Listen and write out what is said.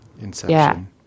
Inception